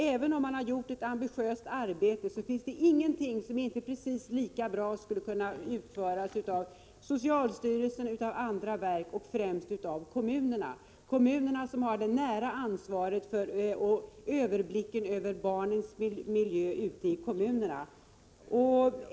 Även om man har gjort ett ambitiöst arbete, finns det ingenting som inte precis lika bra skulle kunna utföras av socialstyrelsen, av andra verk och, främst, av kommunerna. Kommunerna har ju det nära ansvaret för och överblicken över barnens miljö ute i kommunerna.